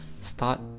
start